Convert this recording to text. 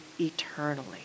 eternally